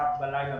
ב-1:00 בלילה